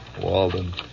Walden